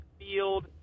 field